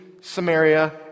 Samaria